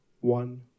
one